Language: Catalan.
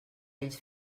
ells